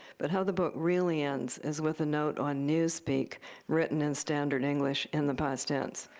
but how the book really ends is with a note on newspeak written in standard english in the past tense,